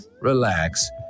relax